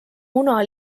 muna